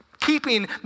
keeping